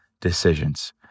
decisions